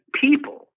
people